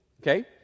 okay